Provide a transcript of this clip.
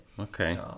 Okay